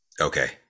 Okay